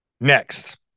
next